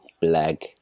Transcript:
black